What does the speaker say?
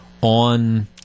on